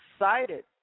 excited